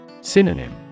Synonym